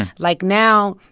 like, now,